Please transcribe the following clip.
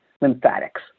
lymphatics